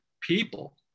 people